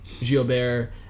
Gilbert